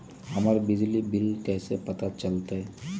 हमर बिजली के बिल कैसे पता चलतै?